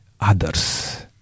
others